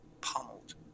pummeled